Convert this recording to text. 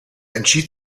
entschied